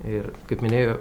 ir kaip minėjo